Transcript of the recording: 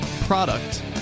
product